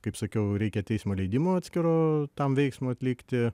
kaip sakiau reikia teismo leidimo atskiro tam veiksmui atlikti